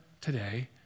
today